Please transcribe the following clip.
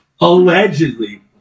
allegedly